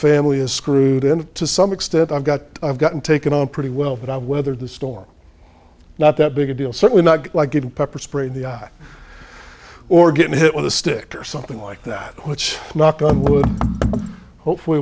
family is screwed and to some extent i've got i've gotten taken on pretty well but i've weathered the storm not that big a deal certainly not like you pepper spray the guy or getting hit with a stick or something like that which knock on wood hopefully